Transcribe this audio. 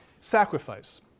Sacrifice